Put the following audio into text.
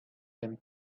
came